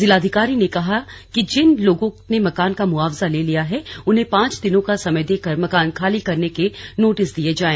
जिलाधिकारी ने कहा कि जिन लोगों ने मकान का मुआवजा ले लिया है उन्हें पांच दिनों का समय देकर मकान खाली करने के नोटिस दिये जाए